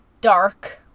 dark